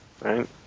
right